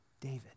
David